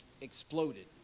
exploded